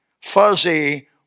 fuzzy